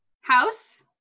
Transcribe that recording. house